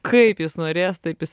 kaip jis norės taip jis